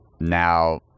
now